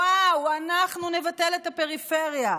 וואו, אנחנו נבטל את הפריפריה.